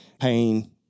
pain